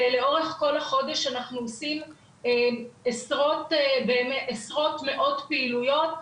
לאורך כל החודש אנחנו עושים עשרות ומאות פעילויות,